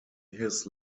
his